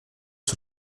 sur